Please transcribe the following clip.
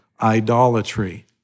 Idolatry